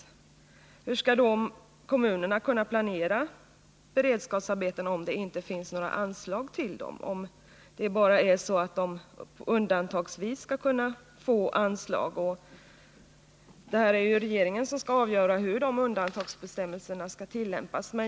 Men hur skall kommunerna kunna planera beredskapsarbeten om det inte finns några | anslag till dem, om de bara undantagsvis skall kunna få anslag till det? Det är regeringen som skall avgöra hur undantagsbestämmelserna skall tillämpas.